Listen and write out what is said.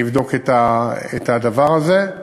אני אבדוק את הדבר הזה.